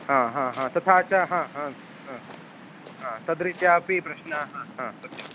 तथा च तद्रीत्यापि प्रश्नाः सत्यं